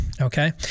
Okay